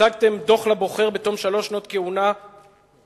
הצגתם דוח לבוחר בתום שלוש שנות כהונה כושלת,